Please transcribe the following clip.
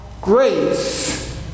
grace